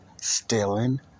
stealing